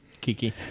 Kiki